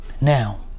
Now